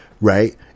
Right